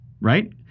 right